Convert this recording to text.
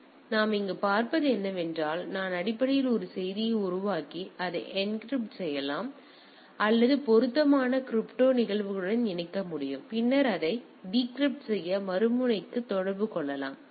எனவே நாம் இங்கு பார்ப்பது என்னவென்றால் நான் அடிப்படையில் ஒரு செய்தியை உருவாக்கி அதை என்க்ரிப்ட் செய்யலாம் அல்லது பொருத்தமான கிரிப்டோ நிகழ்வுகளுடன் இணைக்க முடியும் பின்னர் அதை டிகிரிப்ட் செய்ய மறுமுனைக்கு தொடர்பு கொள்ளலாம்